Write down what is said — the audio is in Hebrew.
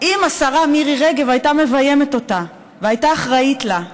אם השרה מירי רגב הייתה מביימת אותה והייתה אחראית לה.